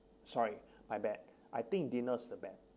sorry my bad I think dinner is the best